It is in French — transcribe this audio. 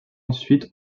ensuite